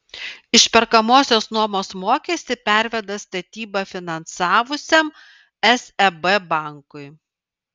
išperkamosios nuomos mokestį perveda statybą finansavusiam seb bankui